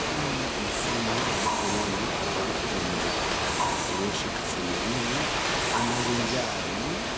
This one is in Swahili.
Hii ni simu ya mkono au rununu. Aliye shika simu hii anavinjari